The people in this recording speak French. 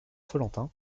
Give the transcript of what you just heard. follentin